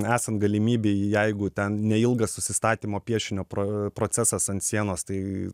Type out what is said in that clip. esant galimybei jeigu ten neilgas nusistatymo piešinio pro procesas ant sienos tai